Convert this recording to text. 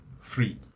free